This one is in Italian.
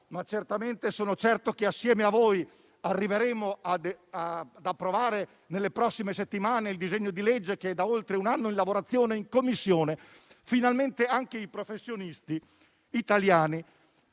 ma sono certo che, assieme a voi, arriveremo ad approvare nelle prossime settimane il disegno di legge che è da oltre un anno in lavorazione in Commissione - hanno il diritto di